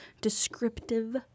descriptive